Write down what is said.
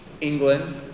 England